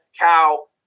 cow